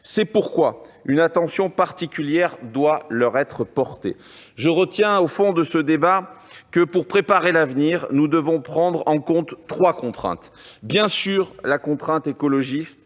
C'est pourquoi une attention particulière doit leur être portée. Je retiens de ce débat que, pour préparer l'avenir, nous devrons prendre en compte trois contraintes. La première est bien sûr la contrainte écologique.